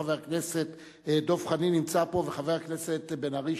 חבר הכנסת דב חנין נמצא פה וחבר הכנסת בן-ארי,